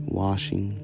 washing